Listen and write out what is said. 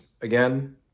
again